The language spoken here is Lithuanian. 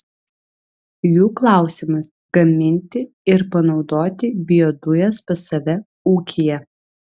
jų klausimas gaminti ir panaudoti biodujas pas save ūkyje